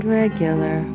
regular